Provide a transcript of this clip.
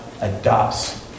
adopts